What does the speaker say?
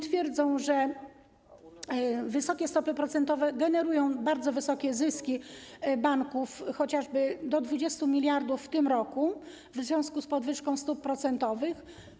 Twierdzą, że wysokie stopy procentowe generują bardzo wysokie zyski banków, chociażby do 20 mld w tym roku, w związku z podwyżką stóp procentowych.